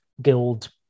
Guild